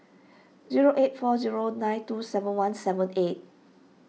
zero eight four zero nine two seven one seven eight